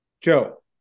Joe